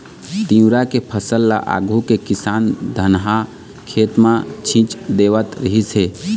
तिंवरा के फसल ल आघु के किसान धनहा खेत म छीच देवत रिहिस हे